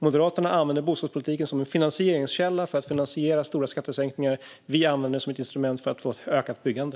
Moderaterna använder bostadspolitiken som en finansieringskälla för att bekosta stora skattesänkningar. Vi använder den som ett instrument för att få ett ökat byggande.